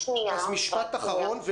אז משפט אחרון,